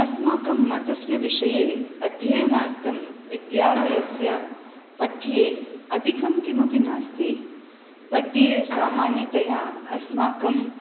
अस्माकं मतस्य विषये अध्ययनार्थं विद्यालयस्य पठ्ये अधिकं किमपि नास्ति पठ्ये सामान्यतया अस्माकं